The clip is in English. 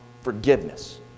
forgiveness